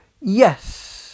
yes